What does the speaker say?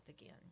again